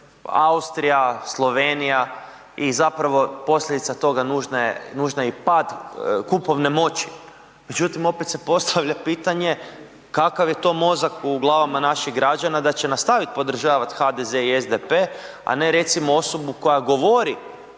Austrija, Slovenija i zapravo posljedica toga nužna je i pad kupovne moći. Međutim, opet se postavlja pitanje kakav je to mozak u glavama naših rađana da će nastavit podržavat HDZ i SDP, a ne recimo osobu koja govori